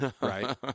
right